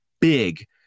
big